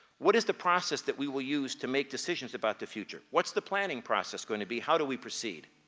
what is the process that we will use to make decisions about the future? what's the planning process going to be? how do we proceed?